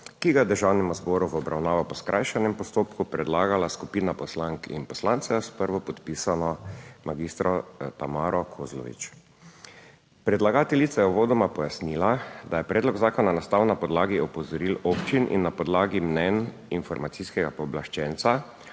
ki ga je Državnemu zboru v obravnavo po skrajšanem postopku predlagala skupina poslank in poslancev s prvopodpisano magistro Tamaro Kozlovič. Predlagateljica je uvodoma pojasnila, da je predlog zakona nastal na podlagi opozoril občin in na podlagi mnenj informacijskega pooblaščenca,